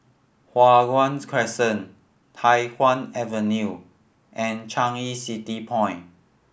Hua Guan Crescent Tai Hwan Avenue and Changi City Point